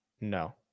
No